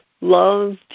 Love